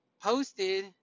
posted